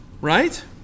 Right